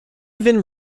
even